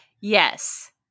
Yes